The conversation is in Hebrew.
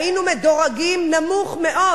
היינו מדורגים נמוך מאוד